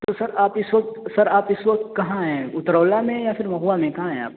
تو سر آپ اس وقت سر آپ اس وقت کہاں ہیں اترولہ میں یا پھر مہووا میں کہاں ہیں آپ